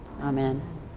Amen